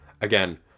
again